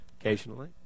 occasionally